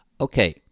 okay